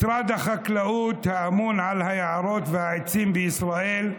משרד החקלאות אמון על היערות והעצים בישראל,